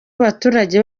abaturage